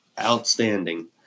outstanding